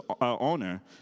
owner